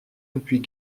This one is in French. depuis